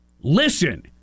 Listen